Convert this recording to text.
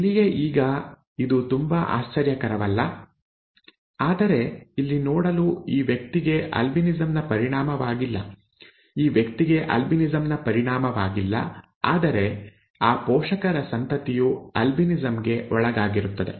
ಇಲ್ಲಿಯೇ ಈಗ ಇದು ತುಂಬಾ ಆಶ್ಚರ್ಯಕರವಲ್ಲ ಆದರೆ ಇಲ್ಲಿ ನೋಡಲು ಈ ವ್ಯಕ್ತಿಗೆ ಆಲ್ಬಿನಿಸಂ ನ ಪರಿಣಾಮವಾಗಿಲ್ಲ ಈ ವ್ಯಕ್ತಿಗೆ ಆಲ್ಬಿನಿಸಂ ನ ಪರಿಣಾಮವಾಗಿಲ್ಲ ಆದರೆ ಆ ಪೋಷಕರ ಸಂತತಿಯು ಆಲ್ಬಿನಿಸಂ ಗೆ ಒಳಗಾಗಿರುತ್ತದೆ